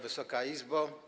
Wysoka Izbo!